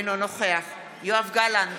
אינו נוכח יואב גלנט,